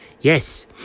Yes